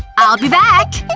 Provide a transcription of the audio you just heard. i'll be back.